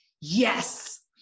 yes